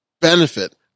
benefit